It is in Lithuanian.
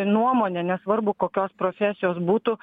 nuomonę nesvarbu kokios profesijos būtų